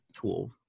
tool